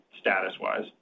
status-wise